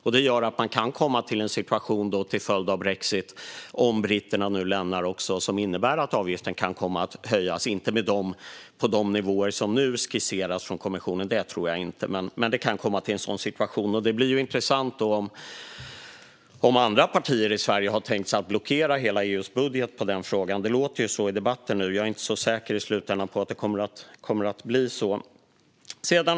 Detta gör att man till följd av brexit, om britterna nu lämnar EU, kan komma till en situation som innebär att avgiften höjs. Jag tror inte att det blir på de nivåer som nu skisseras från kommissionen, men det kan komma till en sådan situation. Det blir intressant om andra partier i Sverige har tänkt blockera hela EU:s budget på den frågan. Det låter så i debatten nu, men jag är inte säker på att det kommer att bli så i slutändan.